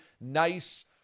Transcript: nice